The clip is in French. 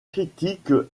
critique